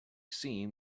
seen